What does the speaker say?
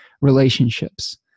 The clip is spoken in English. relationships